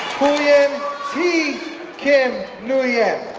khuyen thi kim nguyen,